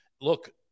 look